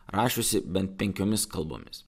rašiusi bent penkiomis kalbomis